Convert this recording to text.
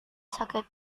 sakit